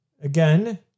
Again